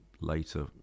later